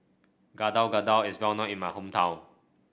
Gado Gado is well known in my hometown